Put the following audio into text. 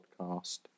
podcast